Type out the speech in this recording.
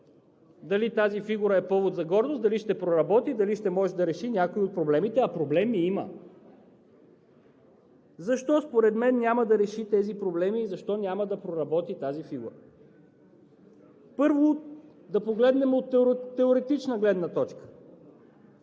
дали тази фигура е повод за гордост, дали ще проработи, дали ще може да реши някои от проблемите, а проблеми има. Защо според мен няма да реши тези проблеми и защо няма да проработи тази фигура? Първо, да погледнем от теоретична гледна точка.